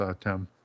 Tim